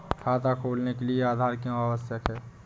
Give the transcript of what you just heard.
खाता खोलने के लिए आधार क्यो आवश्यक है?